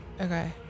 Okay